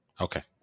Okay